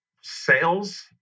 Sales